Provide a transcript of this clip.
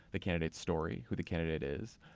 the candidate's story, who the candidate is.